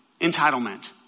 Entitlement